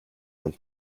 and